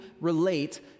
relate